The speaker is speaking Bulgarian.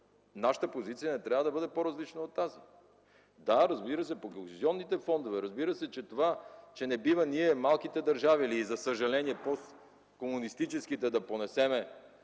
нашата позиция не трябва да бъде по-различна от тази. Да, по кохезионните фондове, разбира се, че не бива ние – малките държави, или за съжаление посткомунистическите да понесем